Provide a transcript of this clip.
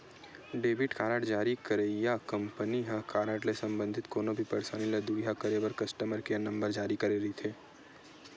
debit card जारी करइया company ह कारड ले संबंधित कोनो भी परसानी ल दुरिहा करे बर कस्टमर केयर नंबर जारी करे रहिथे